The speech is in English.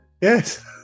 yes